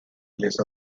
place